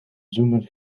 zoemend